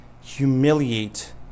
humiliate